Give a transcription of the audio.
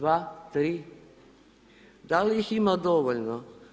2, 3 da li ih ima dovoljno?